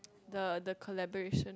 the the collaboration